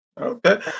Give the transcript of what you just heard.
Okay